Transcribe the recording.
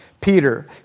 Peter